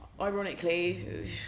ironically